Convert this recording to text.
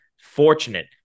fortunate